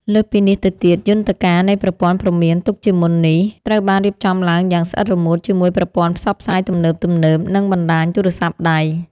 លើសពីនេះទៅទៀត យន្តការនៃប្រព័ន្ធព្រមានទុកជាមុននេះ ត្រូវបានរៀបចំឡើងយ៉ាងស្អិតរមួតជាមួយប្រព័ន្ធផ្សព្វផ្សាយទំនើបៗ និងបណ្តាញទូរស័ព្ទដៃ។